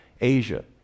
Asia